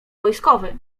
wojskowy